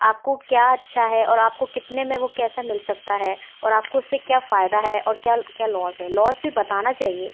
आपको क्या अच्छा है और आपके कितने में वह कैसे मिल सकता है और आपको उससे क्या फायदा है और क्या क्या लॉस है लॉस भी बताना चाहिए